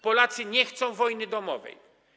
Polacy nie chcą wojny domowej.